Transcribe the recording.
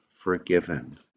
forgiven